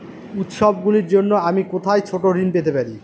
উত্সবগুলির জন্য আমি কোথায় ছোট ঋণ পেতে পারি?